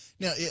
Now